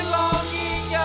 longing